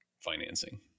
financing